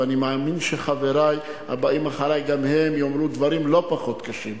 ואני מאמין שחברי הבאים אחרי גם הם יאמרו דברים לא פחות קשים.